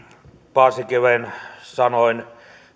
paasikiven sanoin